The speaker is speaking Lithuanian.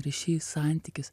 ryšys santykis